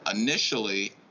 initially